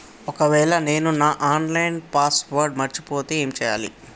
ఒకవేళ నేను నా ఆన్ లైన్ పాస్వర్డ్ మర్చిపోతే ఏం చేయాలే?